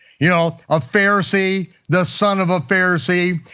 you know, a pharisee, the son of a pharisee,